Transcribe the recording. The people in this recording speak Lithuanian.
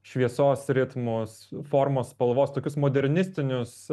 šviesos ritmus formos spalvos tokius modernistinius